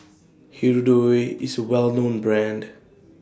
Hirudoid IS A Well known Brand